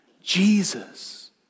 Jesus